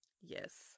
Yes